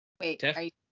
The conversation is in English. Wait